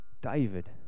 David